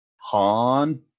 Han